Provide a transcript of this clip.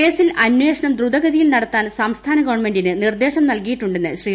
കേസിൽ അന്വേഷണം ദ്രുതഗതിയിൽ നടത്താൻ സംസ്ഥാന ഗവൺമെന്റിന് നിർദ്ദേശം നൽകിയിട്ടുന്ന് ശ്രീ